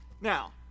Now